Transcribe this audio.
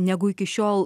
negu iki šiol